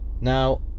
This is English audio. now